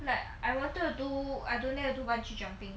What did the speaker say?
I wanted to do I don't dare to do bungee jumping